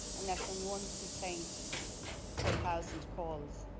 and less than one complaint per thousand calls.